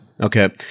Okay